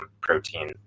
protein